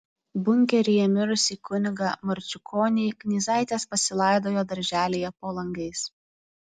bunkeryje mirusį kunigą marčiukonį knyzaitės pasilaidojo darželyje po langais